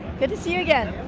good to see you again!